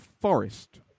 Forest